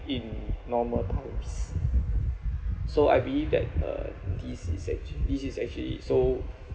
in normal times so I believe that uh this is actually this is actually so